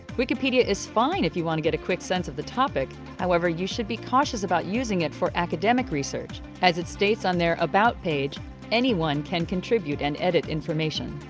wikipedia is fine if you want to get a quick sense of the topic, however you should be cautious about using it for academic research as it states on their about page anyone can contribute and edit information.